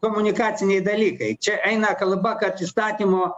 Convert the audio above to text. komunikaciniai dalykai čia eina kalba kad įstatymo